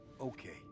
okay